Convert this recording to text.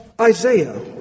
Isaiah